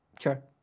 sure